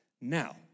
Now